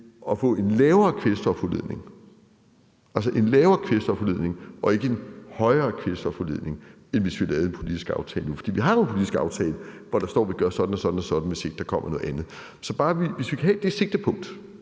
at få en lavere kvælstofudledning, altså en lavere kvælstofudledning og ikke en højere kvælstofudledning, end hvis vi laver en politisk aftale nu? Vi har jo en politisk aftale, hvor der står, at vi gør sådan og sådan, hvis ikke der kommer noget andet. Så hvis vi bare kan have det sigtepunkt